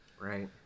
right